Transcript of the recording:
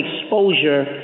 exposure